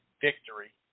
victory